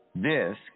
disk